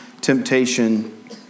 temptation